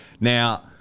Now